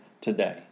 today